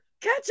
catch